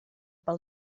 per